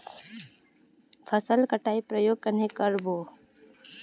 फसल कटाई प्रयोग कन्हे कर बो?